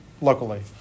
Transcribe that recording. locally